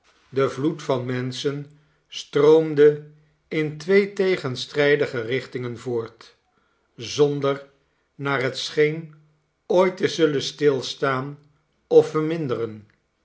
de vloed van menschen stroomde in twee tegenstrijdige richtingen voort zonder naar het scheen ooit te zullen stilstaan of verminderen